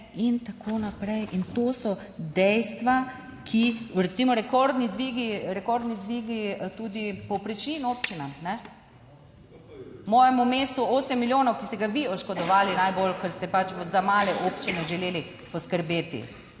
in tako naprej in to so dejstva, ki recimo, rekordni dvigi, rekordni dvigi tudi povprečnin občinam ne. Mojemu mestu osem milijonov, ki ste ga vi oškodovali najbolj, ker ste pač za male občine želeli poskrbeti